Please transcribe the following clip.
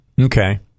Okay